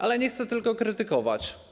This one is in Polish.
Ale nie chcę tylko krytykować.